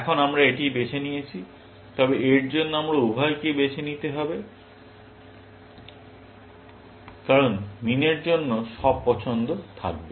এখন আমরা এটি বেছে নিয়েছি তবে এর জন্য আমাদের উভয়কেই বেছে নিতে হবে কারণ মিন এর জন্য সব পছন্দ থাকবে